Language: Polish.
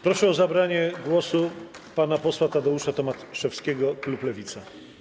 Proszę o zabranie głosu pana posła Tadeusza Tomaszewskiego, klub Lewica.